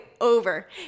over